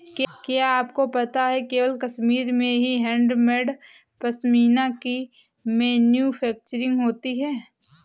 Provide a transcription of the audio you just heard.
क्या आपको पता है केवल कश्मीर में ही हैंडमेड पश्मीना की मैन्युफैक्चरिंग होती है